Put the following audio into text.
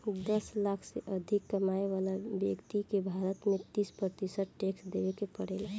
दस लाख से अधिक कमाए वाला ब्यक्ति के भारत में तीस प्रतिशत टैक्स देवे के पड़ेला